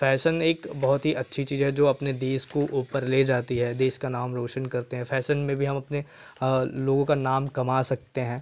fashion एक बहुत ही अच्छी चीज़ है जो अपने देश को ऊपर ले जाती है देश का नाम रौशन करतें हैं फैशन में भी हम अपने लोगों का नाम कमा सकते हैं